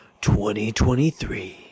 2023